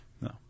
No